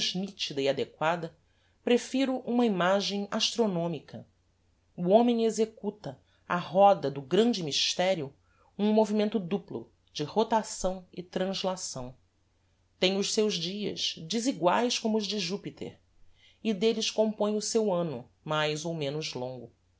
e adequada prefiro uma imagem astronomica o homem executa á roda do grande mysterio um movimento duplo de rotação e translação tem os seus dias deseguaes como os de jupiter e delles compõe o seu anno mais ou menos longo